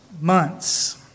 months